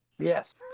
Yes